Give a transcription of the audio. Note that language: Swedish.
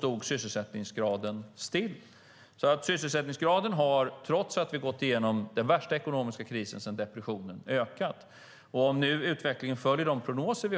Trots att vi har gått igenom den värsta ekonomiska krisen sedan depressionen har sysselsättningsgraden ökat. Om utvecklingen följer våra prognoser